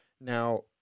now